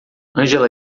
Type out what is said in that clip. angela